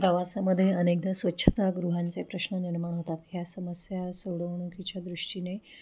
प्रवासामध्ये अनेकदा स्वच्छता गृहांचे प्रश्न निर्माण होतात ह्या समस्या सोडवणुकीच्या दृष्टीने